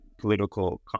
political